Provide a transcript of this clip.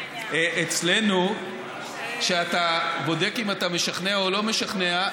אצלנו כשאתה בודק אם אתה משכנע או לא משכנע,